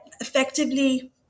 effectively